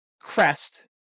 crest